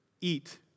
eat